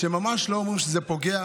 שממש לא אומרים שזה פוגע,